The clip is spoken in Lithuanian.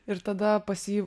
ir tada pas jį